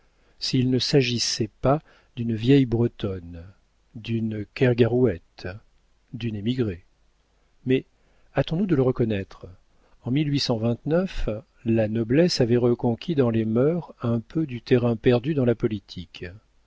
s'il ne s'agissait pas d'une vieille bretonne d'une kergarouët d'une émigrée mais hâtons-nous de le reconnaître en la noblesse avait reconquis dans les mœurs un peu du terrain perdu dans la politique